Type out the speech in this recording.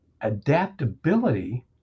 adaptability